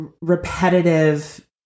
repetitive